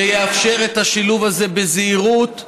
שיאפשר את השילוב הזה בזהירות,